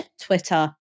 Twitter